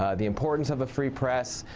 ah the importance of a free press,